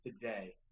today